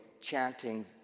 chanting